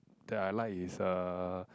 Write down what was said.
that I like is uh